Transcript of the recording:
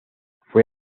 fue